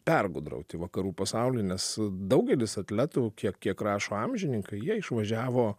pergudrauti vakarų pasaulį nes daugelis atletų kiek kiek rašo amžininkai jie išvažiavo